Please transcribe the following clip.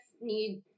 need